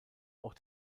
auch